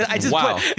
wow